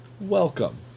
welcome